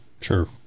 Sure